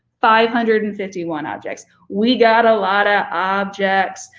five hundred and fifty one objects. we got a lot of objects.